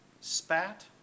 spat